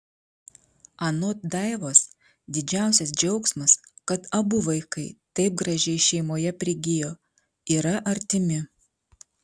anot daivos didžiausias džiaugsmas kad abu vaikai taip gražiai šeimoje prigijo yra artimi